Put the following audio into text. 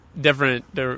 different